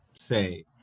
say